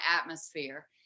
atmosphere